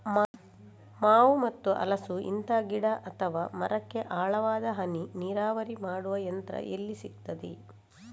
ಮಾವು ಮತ್ತು ಹಲಸು, ಇಂತ ಗಿಡ ಅಥವಾ ಮರಕ್ಕೆ ಆಳವಾದ ಹನಿ ನೀರಾವರಿ ಮಾಡುವ ಯಂತ್ರ ಎಲ್ಲಿ ಸಿಕ್ತದೆ?